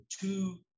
two